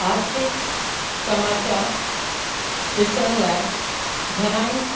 आर्थिक समाचारु ॾिसण लाइ घणेई